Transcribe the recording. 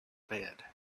bed